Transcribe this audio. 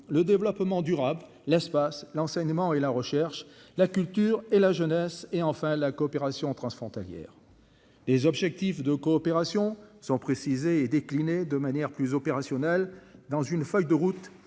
Le développement durable, l'espace, l'enseignement et la recherche, la culture et la jeunesse, et enfin la coopération transfrontalière, les objectifs de coopération. Sans préciser et décliner de manière plus opérationnel dans une feuille de route.